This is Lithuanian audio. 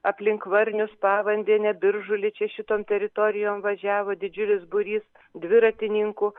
aplink varnius pavandenę biržulį čia šitom teritorijom važiavo didžiulis būrys dviratininkų